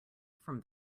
from